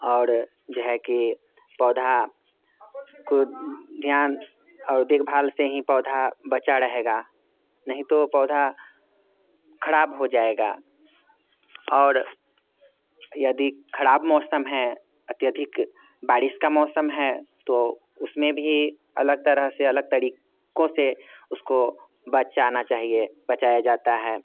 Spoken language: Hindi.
और जो है कि पौधा को ध्यान और देखभाल से हीं पौधा बचा रहेगा नहीं तो वो पौधा खराब हो जाएगा और यदि खराब मौसम है अत्यधिक बारिश का मौसम है तो उसमें भी अलग तरह से अलग तरीकों से उसको बचाना चाहिए बचाया जाता है